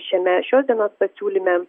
šiame šios dienos pasiūlyme